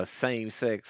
Same-sex